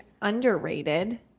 underrated